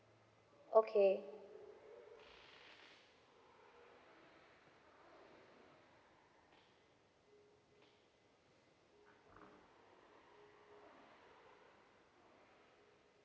okay